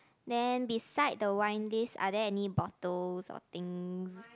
then beside the wine list are there any bottles or things